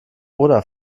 oder